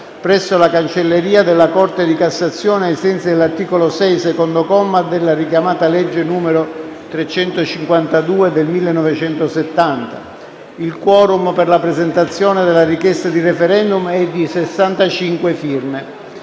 presso la cancelleria della Corte di cassazione, ai sensi dell'articolo 6, secondo comma, della richiamata legge n. 352 del 1970. Il *quorum* per la presentazione della richiesta di *referendum* è di 65 firme.